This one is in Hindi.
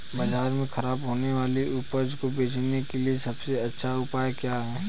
बाजार में खराब होने वाली उपज को बेचने के लिए सबसे अच्छा उपाय क्या है?